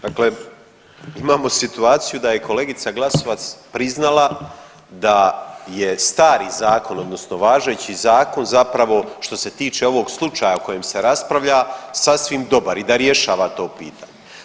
Dakle imamo situaciju da je kolegica Glasovac priznala da je stari zakon odnosno važeći zakon zapravo što se tiče ovog slučaja o kojem se raspravlja sasvim dobar i da rješava to pitanje.